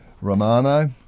Romano